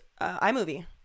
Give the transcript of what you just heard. iMovie